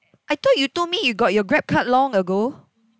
I thought you told me you got your Grab card long ago